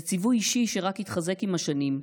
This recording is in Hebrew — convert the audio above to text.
זה ציווי אישי שרק התחזק עם השנים,